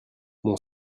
mon